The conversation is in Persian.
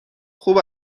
خوب